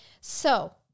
So-